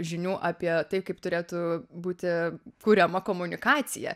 žinių apie tai kaip turėtų būti kuriama komunikacija